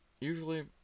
usually